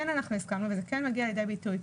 אנחנו כן הסכמנו - וזה כן מגיע כאן לידי ביטוי,